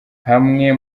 hamwe